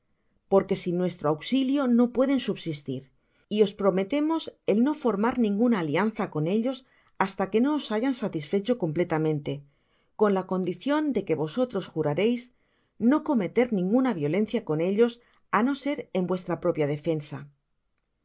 porque sin nuestro auxilio no pueden subsistir y os prometemos el no formar ninguna alian za con ellos basta que no os bayan satisfecho completamente con la condicion deque vosotros jurareis no cometer ninguna violenciacoq ellos á no ser en vuestra propia defensa